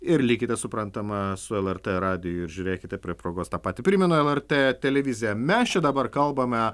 ir likite suprantama su lrt radiju ir žiūrėkite prie progos tą patį primenu lrt televiziją mes čia dabar kalbame